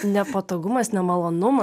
nepatogumas nemalonumai